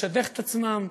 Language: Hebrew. לשדך את עצמם.